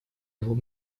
его